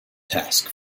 task